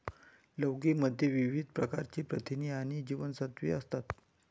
लौकी मध्ये विविध प्रकारची प्रथिने आणि जीवनसत्त्वे असतात